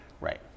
Right